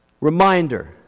reminder